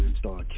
start